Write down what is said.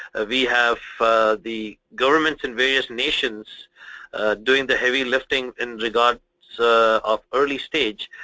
ah we have the governments in various nations doing the heavy lifting in regards of early stage,